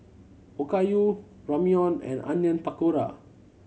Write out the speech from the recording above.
Okayu Ramyeon and Onion Pakora